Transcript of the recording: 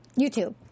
YouTube